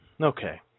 Okay